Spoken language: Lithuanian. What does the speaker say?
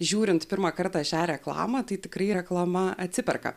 žiūrint pirmą kartą šią reklamą tai tikrai reklama atsiperka